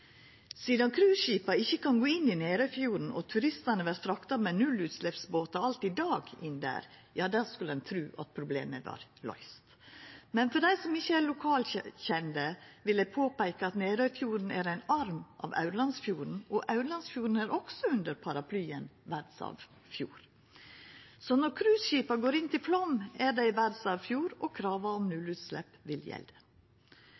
Sidan cruiseskipa ikkje kan gå inn i Nærøyfjorden og turistane vert frakta dit med nullutsleppsbåtar alt i dag, skulle ein tru at problemet var løyst. Men for dei som ikkje er lokalkjende, vil eg påpeika at Nærøyfjorden er ein arm av Aurlandsfjorden, og Aurlandsfjorden er også under paraplyen verdsarvfjord. Så når cruiseskipa går inn til Flåm, er dei i ein verdsarvfjord, og krava om